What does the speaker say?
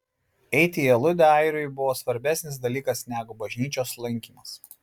eiti į aludę airiui yra svarbesnis dalykas negu bažnyčios lankymas